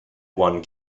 one